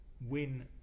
win